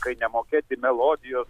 kai nemokėti melodijos